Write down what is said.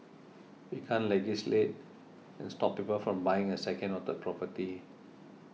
we can't legislate and stop people from buying a second or third property